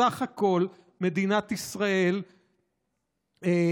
בסך הכול מדינת ישראל עודדה